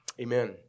amen